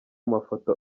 mafoto